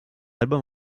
album